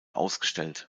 ausgestellt